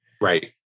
right